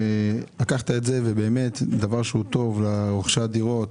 לקחת את זה וזה באמת דבר שהוא טוב לרוכשי הדירות.